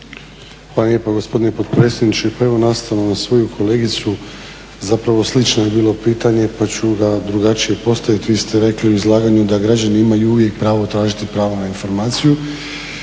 Hvala lijepa gospodine potpredsjedniče. Pa evo nastavno na svoju kolegicu, zapravo slično je bilo pitanje pa ću ga drugačije postaviti. Vi ste rekli u izlaganju da građani imaju uvijek pravo tražiti pravo na informaciju.